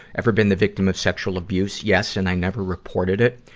ever been the victim of sexual abuse? yes, and i never reported it.